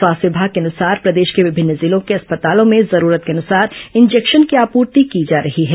स्वास्थ्य विभाग के अनुसार प्रदेश के विभिन्न जिलों के अस्पतालों में जरूरत के अनुसार इंजेक्शन की आपूर्ति की जा रही है